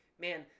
Man